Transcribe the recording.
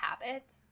habit